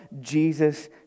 Jesus